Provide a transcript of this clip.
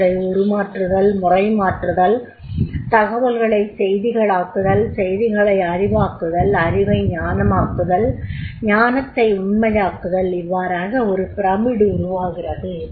அவற்றை உருமாற்றுதல் முறைமாற்றுதல் தகவல்களை செய்திகளாக்குதல் செய்திகளை அறிவாக்குதல் அறிவை ஞானமாக்குதல் ஞானத்தை உண்மையாக்குதல் இவ்வாறாக ஒரு ப்ரமிட் உருவாகிறது